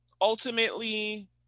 ultimately